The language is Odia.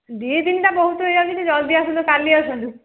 ଦୁଇ ତିନିଟା ବହୁତ ଏମିତି ଜଲ୍ଦି ଆସନ୍ତୁ କାଲି ଆସନ୍ତୁ